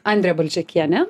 andrė balžekienė